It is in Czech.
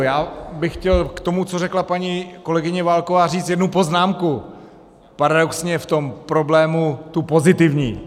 Já bych chtěl k tomu, co řekla paní kolegyně Válková, říct jednu poznámku, paradoxně v tom problému tu pozitivní.